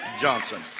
Johnson